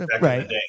right